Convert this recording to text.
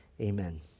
amen